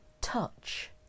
Touch